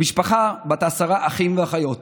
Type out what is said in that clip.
למשפחה בת עשרה אחים ואחיות